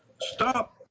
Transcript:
stop